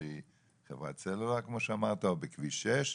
באיזושהי חברת סלולר, או בכביש 6,